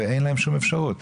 ואין להן שום אפשרות.